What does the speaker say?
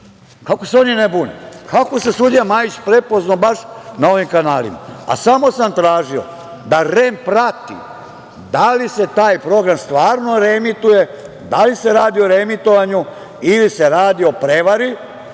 se oni ne bune? Kako se sudija Majić prepoznao baš na ovim kanalima, a samo sam tražio da REM prati da li se taj program stvarno reemituje, da li se radi o reemitovanju ili se radi o prevari